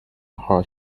her